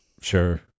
Sure